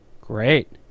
Great